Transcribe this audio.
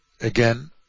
again